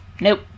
nope